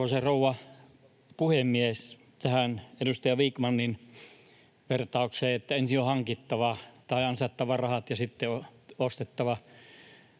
rouva puhemies! Tähän edustaja Vikmanin vertaukseen, että ensin on hankittava tai ansaittava rahat ja sitten on ostettava: